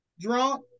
drunk